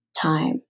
time